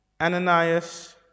Ananias